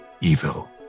evil